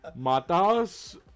Matas